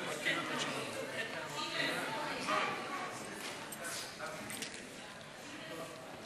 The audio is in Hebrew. אדוני היושב-ראש, חברי חברי